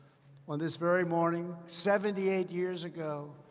on this very morning, seventy eight years ago,